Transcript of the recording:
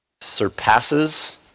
Surpasses